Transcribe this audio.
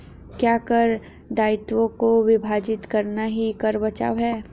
क्या कर दायित्वों को विभाजित करना ही कर बचाव है?